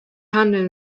handeln